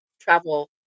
travel